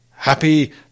Happy